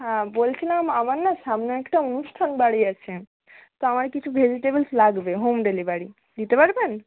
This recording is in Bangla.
হ্যাঁ বলছিলাম আমার না সামনে একটা অনুষ্ঠান বাড়ি আছে তো আমার কিছু ভেজিটেবলস লাগবে হোম ডেলিভারি দিতে পারবেন